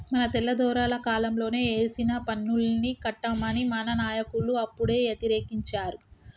మన తెల్లదొరల కాలంలోనే ఏసిన పన్నుల్ని కట్టమని మన నాయకులు అప్పుడే యతిరేకించారు